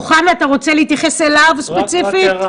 אוחנה, אתה רוצה להתייחס אליו ספציפית?